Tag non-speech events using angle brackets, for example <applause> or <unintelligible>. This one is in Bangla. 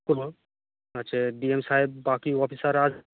<unintelligible> আচ্ছা ডি এম সাহেব বাকি অফিসার আর